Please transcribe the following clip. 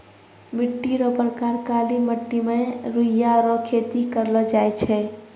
मिट्टी रो प्रकार काली मट्टी मे रुइया रो खेती करलो जाय छै